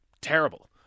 Terrible